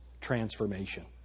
Transformation